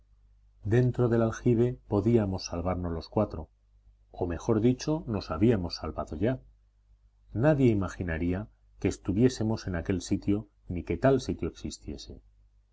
dentro del aljibe podíamos salvarnos los cuatro o mejor dicho nos habíamos salvado ya nadie imaginaría que estuviésemos en aquel sitio ni que tal sitio existiese